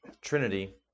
Trinity